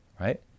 right